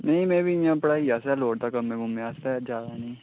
नेईं में बी इ'यां पढ़ाई आस्तै लोड़दा कम्में कुम्में आस्तै जैदा नेईं